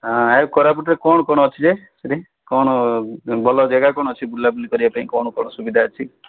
କୋରାପୁଟରେ କ'ଣ କ'ଣ ଅଛି ଯେ ସେଇଠି କ'ଣ ଭଲ ଜାଗା କ'ଣ ଅଛି ବୁଲାବୁଲି କରିବା ପାଇଁ କ'ଣ କ'ଣ ସୁବିଧା ଅଛି